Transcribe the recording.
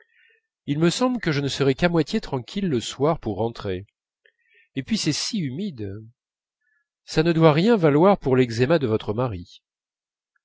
il me semble que je ne serais qu'à moitié tranquille le soir pour rentrer et puis c'est si humide ça ne doit rien valoir pour l'eczéma de votre mari